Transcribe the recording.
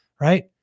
right